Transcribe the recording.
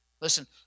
Listen